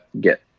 get